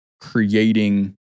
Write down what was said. creating